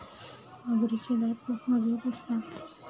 मगरीचे दात खूप मजबूत असतात